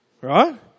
right